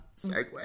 segue